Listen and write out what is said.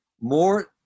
more